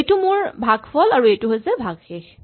এইটো মোৰ ভাগফল আৰু এইটো হৈছে ভাগশেষ